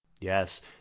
yes